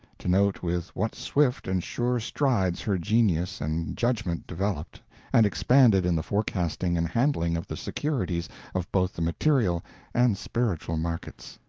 to note with what swift and sure strides her genius and judgment developed and expanded in the forecasting and handling of the securities of both the material and spiritual markets.